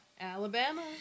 Alabama